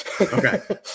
okay